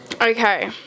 Okay